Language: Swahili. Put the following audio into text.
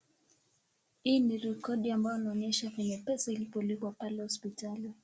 Hii ni rekoti ambayo inaonyesha penye pesa ilipolipwa pale hospitali.